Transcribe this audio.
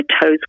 toes